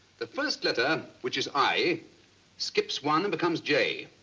the first letter, which is i skips one, becomes j.